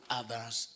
others